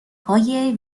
های